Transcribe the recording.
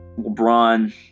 LeBron